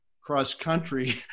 cross-country